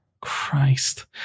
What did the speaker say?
christ